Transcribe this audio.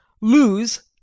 Lose